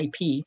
IP